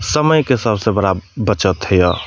समयके सबसे बड़ा बचत होइया